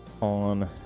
on